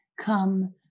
come